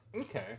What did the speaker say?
Okay